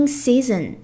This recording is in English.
season